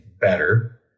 better